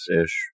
ish